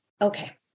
Okay